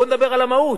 בואו נדבר על המהות: